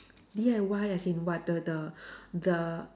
D_I_Y as in what the the the